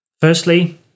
Firstly